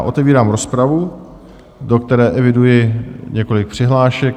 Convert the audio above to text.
Otevírám rozpravu, do které eviduji několik přihlášek.